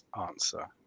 answer